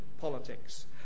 politics